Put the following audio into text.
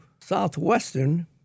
Southwestern